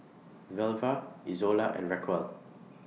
Velva Izola and Raquel